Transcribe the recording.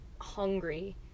hungry